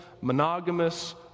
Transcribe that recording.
monogamous